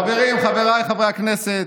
חברים, חבריי חברי הכנסת,